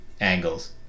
angles